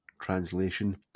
translation